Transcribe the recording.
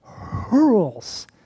hurls